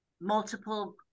multiple